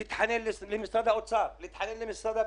להתחנן בפני משרד האוצר, להתחנן בפני משרד הפנים.